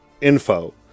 info